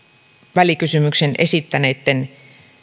välikysymyksen esittäneitten